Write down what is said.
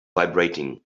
vibrating